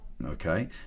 Okay